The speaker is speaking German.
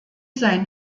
sein